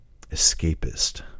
escapist